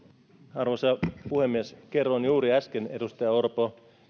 arvoisa puhemies kerroin juuri äsken edustaja orpo